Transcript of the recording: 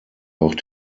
auch